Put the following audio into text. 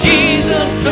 Jesus